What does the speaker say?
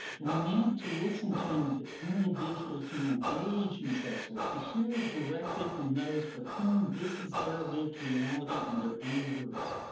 we need to listen to individuals who engage in sex work, to hear it directly from those for whom this is their lived reality in their own words.